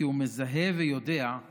כי הם מזהים ויודעים